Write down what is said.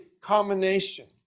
combination